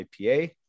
IPA